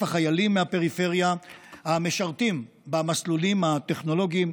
החיילים מהפריפריה המשרתים במסלולים הטכנולוגיים,